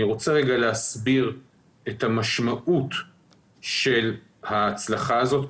אני רוצה רגע להסביר את המשמעות של ההצלחה הזאת,